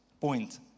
point